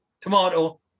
Tomato